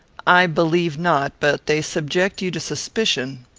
i believe not, but they subject you to suspicion.